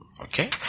Okay